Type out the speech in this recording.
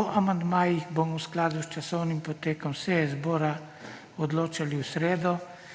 O amandmajih bomo v skladu s časovnim potekom seje zbora odločali v sredo,